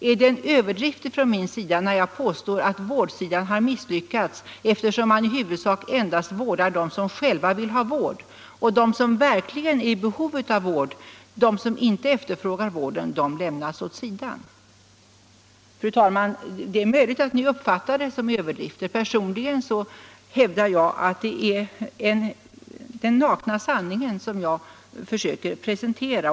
Är det en överdrift från min sida när jag påstår att vårdsidan har misslyckats, eftersom man i huvudsak endast vårdar dem som själva vill ha vård och lämnar dem åt sidan som inte efterfrågar vård men som verkligen är i behov av den? Fru talman! Det är möjligt att mina påståenden kan uppfattas som överdrifter, men personligen hävdar jag att det är den nakna sanningen jag försöker presentera.